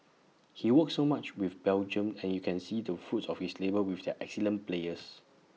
he's worked so much with Belgium and you can see the fruits of his labour with their excellent players